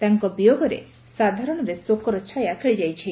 ତାଙ୍କ ବିୟୋଗରେ ସାଧାରଣରେ ଶୋକର ଛାୟା ଖେଳିଯାଇଛି